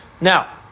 Now